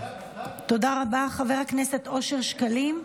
חבר הכנסת אושר שקלים.